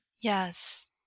Yes